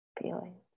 feeling